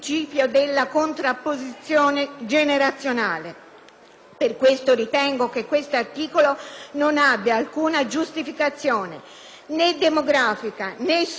Per questo motivo, ritengo che questo comma 40 non abbia alcuna giustificazione: né demografica, né sociale né, tanto meno, economica.